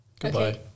Goodbye